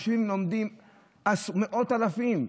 יושבים ולומדים מאות אלפים.